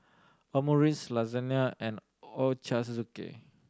Omurice Lasagne and Ochazuke